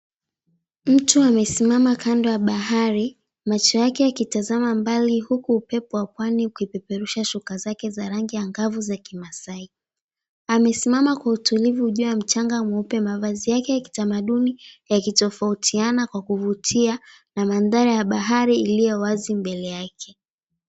Mtu amesimama kando ya bahari macho yake yakitazama mbali huku upepo wa pwani ukipeperusha shuka zake za rangi ya ngavu ya kimasai. Amesimama kwa utulivu juu ya mchanga mweupe. Mavazi yake ya kitamaduni yakitofautiana kwa kuvutia na maanthari ya bahari iliyo wazi mbele yake.